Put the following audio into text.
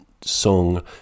song